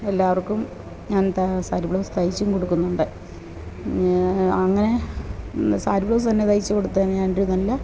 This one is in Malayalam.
എല്ലാര്ക്കും ഞാന് ത സാരി ബ്ലൗസ് തയിച്ചും കൊടുക്കുന്നുണ്ട് അങ്ങനെ സാരി ബ്ലൗസ് തന്നെ തയിച്ചു കൊടുത്താണ് ഞാനൊരു നല്ല